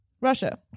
Russia